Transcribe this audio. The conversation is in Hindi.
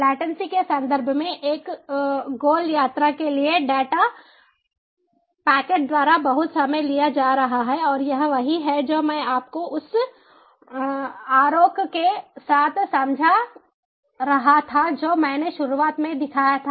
लेटन्सी के संदर्भ में एक गोल यात्रा के लिए डेटा पैकेट द्वारा बहुत समय लिया जा रहा है और यह वही है जो मैं आपको उस आरेख के साथ समझा रहा था जो मैंने शुरुआत में दिखाया था